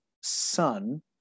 son